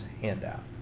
handout